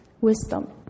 wisdom